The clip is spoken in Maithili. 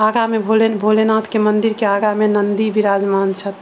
आगाँ मे भोले भोलेनाथ के मंदिर के आगाँ मे नन्दी विराजमान छथि